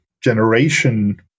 generation